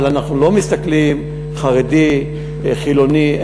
אבל אנחנו לא מסתכלים, חרדי, חילוני.